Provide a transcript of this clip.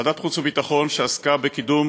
ועדת החוץ והביטחון שעסקה בקידום